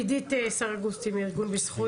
עדית סרגוסטי מארגון "בזכות".